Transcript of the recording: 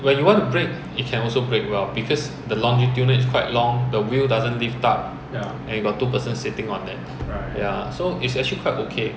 when you want to brake it can also brake well because the longitude is quite long the wheel doesn't lift up and you got two person sitting on that ya so it's actually quite okay